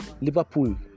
Liverpool